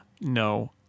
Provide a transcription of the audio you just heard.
no